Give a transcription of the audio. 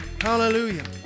Hallelujah